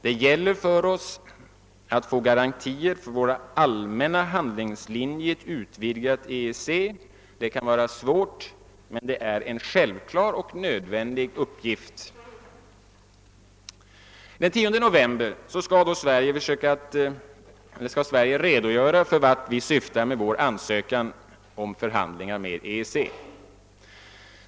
Det gäller för oss att nå garantier för vår allmänna utrikespolitiska handlingslinje i ett utvidgat EEC. Detta kan vara svårt, men det är en nödvändig och självklar uppgift. Den 10 november skall Sverige redogöra för vart vi syftar med vår ansökan om förhandlingar med EEC.